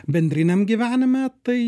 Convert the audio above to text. bendriniam gyvename tai